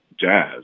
jazz